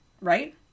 right